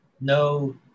no